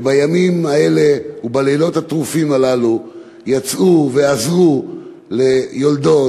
ובימים האלה ובלילות הטרופים הללו יצאו ועזרו ליולדות,